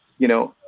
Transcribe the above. you know,